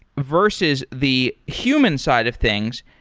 versus the human side of things,